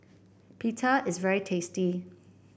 pita is very tasty